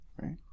right